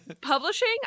publishing